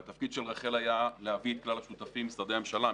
והתפקיד של רח"ל היה להביא את כלל השותפים משרדי הממשלה,